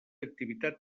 activitat